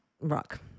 rock